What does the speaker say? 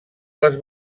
les